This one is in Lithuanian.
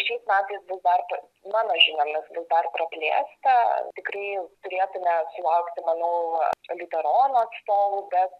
šiais metais bus dar ta mano žiniomis bus dar praplėsta tikrai turėtume sulaukti manau liuterono atstovų bet